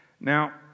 Now